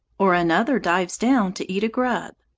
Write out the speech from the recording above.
or another dives down to eat a grub.